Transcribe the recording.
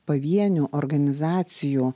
pavienių organizacijų